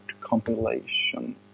compilation